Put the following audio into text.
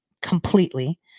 completely